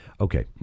Okay